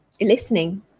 listening